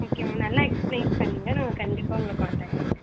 okay ma'am நல்லா explain பண்ணீங்க நாங்கள் கண்டிப்பாக உங்களை காண்டேக்ட் பண்ணுறோம்